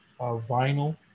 vinyl